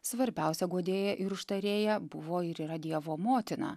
svarbiausia guodėja ir užtarėja buvo ir yra dievo motina